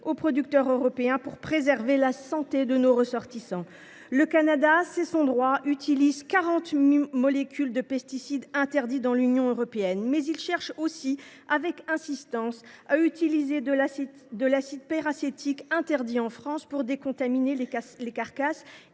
aux producteurs européens pour préserver la santé de nos ressortissants. Le Canada – et c’est son droit – utilise quarante molécules de pesticides interdits dans l’Union européenne. Il cherche avec insistance à utiliser de l’acide peracétique – interdit en France – pour décontaminer les carcasses